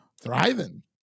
thriving